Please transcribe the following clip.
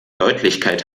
deutlichkeit